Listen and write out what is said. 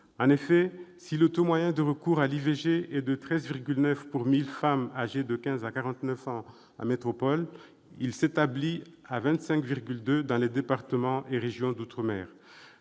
En effet, si le taux moyen de recours à l'IVG est de 13,9 pour 1 000 femmes âgées de quinze à quarante-neuf ans en métropole, il s'établit à 25,2 dans les départements et régions d'outre-mer